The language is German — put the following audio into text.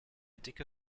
dicke